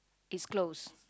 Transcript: it's closed